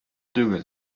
түгел